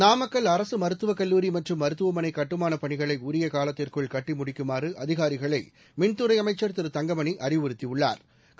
நாமக்கல் அரசு மருத்துவக்கல்லூரி மற்றும் மருத்துவமனை கட்டுமானப் பணிகளை உரிய காலத்திற்குள் கட்டி முடிக்குமாறு அதிகாரிகளை மின்துறை அமைச்சா் திரு தங்கமணி அறிவுறுத்தியுள்ளாா்